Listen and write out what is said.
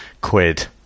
quid